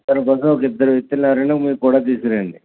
తర్వాత ఒక ఇద్దరు వ్యక్తులు ఎవరైన మీకు కూడా తీసుకురండి